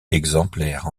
exemplaires